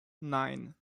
nine